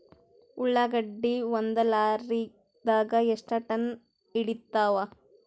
ಉಳ್ಳಾಗಡ್ಡಿ ಒಂದ ಲಾರಿದಾಗ ಎಷ್ಟ ಟನ್ ಹಿಡಿತ್ತಾವ?